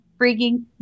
freaking